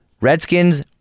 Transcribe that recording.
Redskins